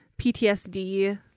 PTSD